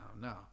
no